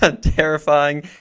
Terrifying